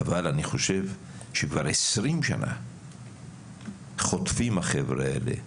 אבל אני חושב שכבר 20 שנה החבר'ה האלה חוטפים.